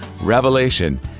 Revelation